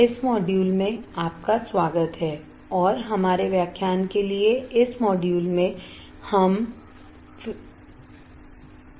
इस मॉड्यूल में आपका स्वागत है और हमारे व्याख्यान के लिए इस मॉड्यूल में हम फिल्टर देख रहे हैं